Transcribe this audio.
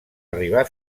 arribar